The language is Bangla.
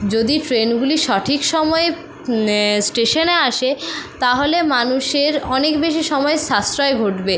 যদি ট্রেনগুলি সঠিক সময়ে স্টেশনে আসে তাহলে মানুষের অনেক বেশি সময় সাশ্রয় ঘটবে